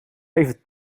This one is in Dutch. even